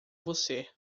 você